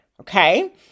Okay